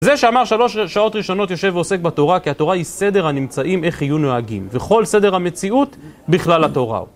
זה שאמר שלוש שעות ראשונות יושב ועוסק בתורה, כי התורה היא סדר הנמצאים איך יהיו נוהגים, וכל סדר המציאות בכלל התורה.